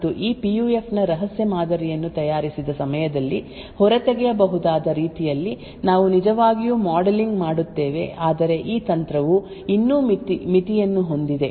ಈಗ ಇದು ವಿಶೇಷವಾಗಿ ಪಿಯುಎಫ್ ಸ್ವಿಚ್ ನಲ್ಲಿ ಉತ್ತಮವಾಗಿ ಕಾರ್ಯನಿರ್ವಹಿಸುತ್ತದೆ ಮತ್ತು ಈ ಪಿಯುಎಫ್ ನ ರಹಸ್ಯ ಮಾದರಿಯನ್ನು ತಯಾರಿಸಿದ ಸಮಯದಲ್ಲಿ ಹೊರತೆಗೆಯಬಹುದಾದ ರೀತಿಯಲ್ಲಿ ನಾವು ನಿಜವಾಗಿಯೂ ಮಾಡೆಲಿಂಗ್ ಮಾಡುತ್ತೇವೆ ಆದರೆ ಈ ತಂತ್ರವು ಇನ್ನೂ ಮಿತಿಯನ್ನು ಹೊಂದಿದೆ